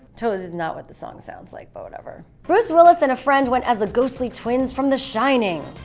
totally is not what the song says, like but whatever. bruce willis and a friend went as the ghostly twins from the shining.